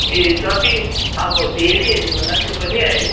ए जति अब हेरि हेरि होला त्यो पनि है